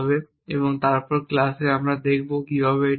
এবং তারপরে পরবর্তী ক্লাসে আমরা দেখব কিভাবে এটি করা হয়